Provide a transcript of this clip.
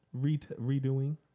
redoing